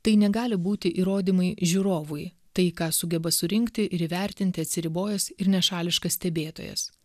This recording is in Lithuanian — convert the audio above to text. tai negali būti įrodymai žiūrovui tai ką sugeba surinkti ir įvertinti atsiribojęs ir nešališkas stebėtojas